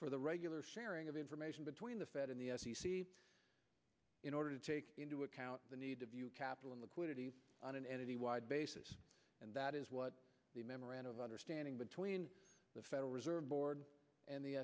for the regular sharing of information between the fed and the f c c in order to take into account the need to view capital and liquidity on an entity wide basis and that is what the memorandum of understanding between the federal reserve board and the